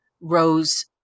rose